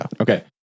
okay